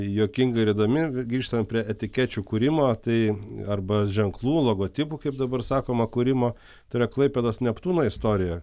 juokinga ir įdomi grįžtant prie etikečių kūrimo tai arba ženklų logotipų kaip dabar sakoma kūrimo tai yra klaipėdos neptūno istorija